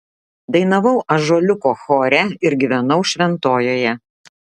dainavau ąžuoliuko chore ir gyvenau šventojoje